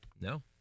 no